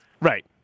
Right